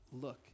look